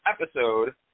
episode